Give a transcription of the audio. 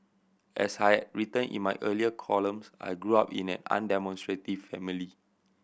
as I written in my earlier columns I grew up in an undemonstrative family